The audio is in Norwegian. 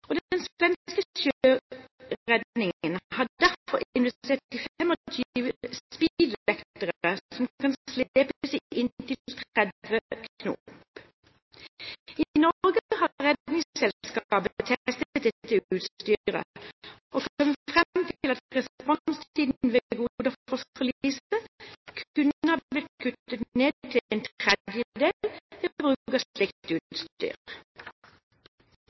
Den svenske sjøredningen har derfor investert i 25 speedlektere som kan slepes i inntil 30 knop. I Norge har Redningsselskapet testet dette utstyret og kommet fram til at responstiden ved «Godafoss»-forliset kunne ha blitt kuttet ned til en tredjedel ved bruk av slikt utstyr.